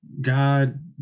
god